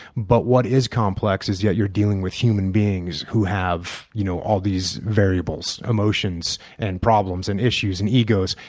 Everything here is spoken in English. but what is complex is that yeah you're dealing with human beings who have you know all these variables emotions and problems and issues and egos.